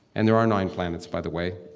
and there are nine planets, by the way.